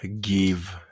give